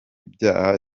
byaha